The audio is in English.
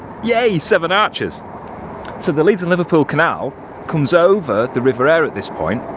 yay seven arches. so the leeds and liverpool canal comes over the river aire at this point.